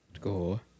Go